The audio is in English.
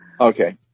Okay